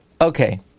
Okay